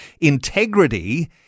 integrity